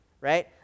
right